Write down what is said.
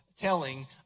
telling